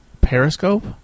Periscope